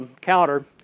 counter